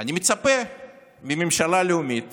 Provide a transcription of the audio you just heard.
אני מצפה מממשלה לאומית